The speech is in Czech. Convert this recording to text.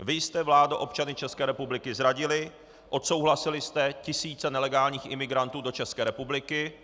Vy jste, vládo, občany České republiky zradili, odsouhlasili jste tisíce nelegálních imigrantů do České republiky.